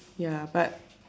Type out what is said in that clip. ya but